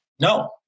no